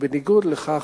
בניגוד לכך,